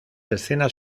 escenas